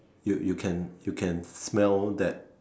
you you can you can smell that